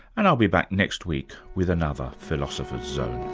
and i'll be back next week with another philosopher's zone